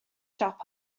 siop